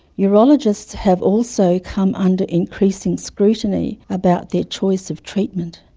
urologists have also come under increasing scrutiny about their choice of treatment,